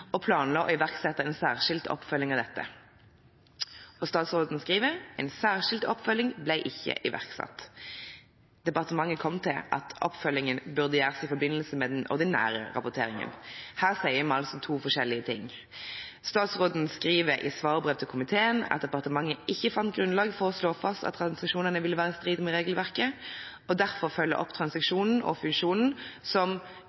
og planla å iverksette en særskilt oppfølging av dette». Statsråden skriver videre: «En slik særskilt oppfølging ble ikke iverksatt. Departementet kom til at oppfølgingen burde gjøres i forbindelse med den ordinære rapporteringen.» Her sier vi altså to forskjellige ting. Statsråden skriver i svarbrev til komiteen at departementet ikke fant grunnlag for å slå fast at transaksjonene ville være i strid med regelverket, og derfor følger opp transaksjonen og fusjonen som